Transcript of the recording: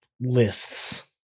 lists